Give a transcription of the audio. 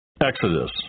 Exodus